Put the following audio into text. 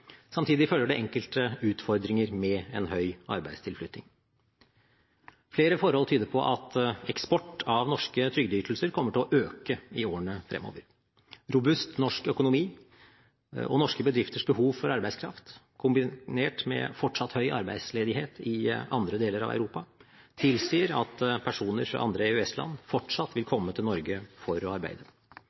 Samtidig følger det enkelte utfordringer med en høy arbeidstilflytting. Flere forhold tyder på at eksport av norske trygdeytelser kommer til å øke i årene fremover. Robust norsk økonomi og norske bedrifters behov for arbeidskraft, kombinert med fortsatt høy arbeidsledighet i andre deler av Europa, tilsier at personer fra andre EØS-land fortsatt vil komme til Norge for å arbeide.